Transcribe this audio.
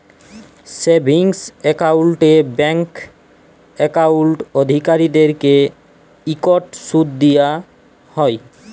savings একাউল্টে bank account অধিকারীদেরকে ইকট সুদ দিয়া হ্যয়